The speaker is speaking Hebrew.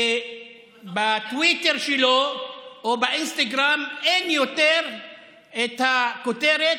ובטוויטר שלו או באינסטגרם אין יותר את הכותרת: